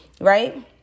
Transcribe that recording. Right